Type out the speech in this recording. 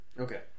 Okay